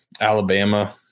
Alabama